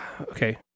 okay